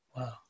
Wow